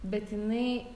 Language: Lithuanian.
bet jinai